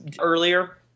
earlier